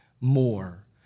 more